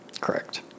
Correct